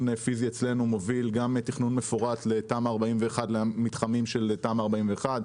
פיזי אצלנו מוביל גם תכנון מפורט לתמ"א 41 למתחמים של תמ"א 41,